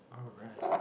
alright